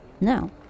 No